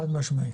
חד משמעית.